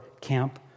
camp